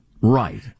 Right